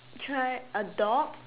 try a dog